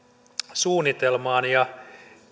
suunnitelmaan ja